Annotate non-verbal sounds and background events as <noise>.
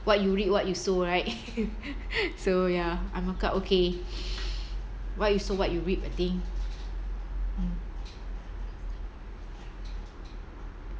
what you reap what you sow right <laughs> so ya I'm quite okay what you sow what you reap I think mm